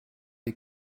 wie